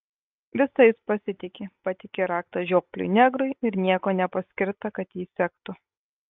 visais pasitiki patiki raktą žiopliui negrui ir nieko nepaskirta kad jį sektų